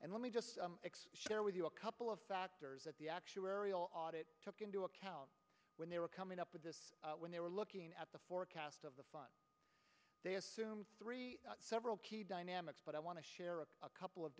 and let me just share with you a couple of factors that the actuarial audit took into account when they were coming up with this when they were looking at the forecast of the fund they assumed three several key dynamics but i want to share a couple of